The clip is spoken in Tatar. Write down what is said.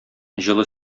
җылы